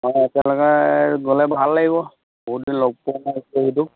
অঁ একেলগে গ'লে ভাল লাগিব বহুত দিন লগ পোৱা নাই তাকেইতো